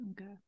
Okay